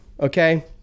Okay